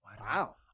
Wow